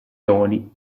ioni